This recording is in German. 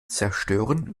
zerstören